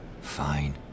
Fine